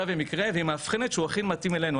ומקרה והיא מאבחנת שהוא הכי מתאים אלינו.